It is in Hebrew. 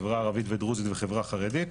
החברה הערבית ודרוזית והחברה החרדית,